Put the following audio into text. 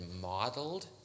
modeled